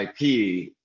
IP